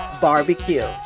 barbecue